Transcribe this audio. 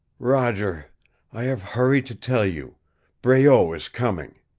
roger i have hurried to tell you breault is coming.